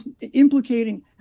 implicating